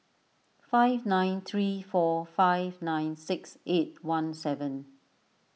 five nine three four five nine six eight one seven